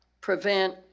prevent